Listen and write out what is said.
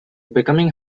becoming